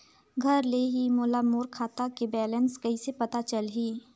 घर ले ही मोला मोर खाता के बैलेंस कइसे पता चलही?